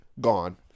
gone